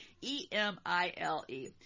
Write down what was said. E-M-I-L-E